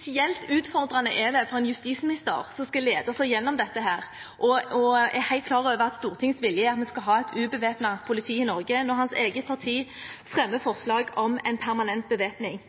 Spesielt utfordrende er det for en justisminister som skal lede oss gjennom dette, og som er helt klar over at Stortingets vilje er at vi skal ha et ubevæpnet politi i Norge, når hans eget parti fremmer forslag om en permanent bevæpning.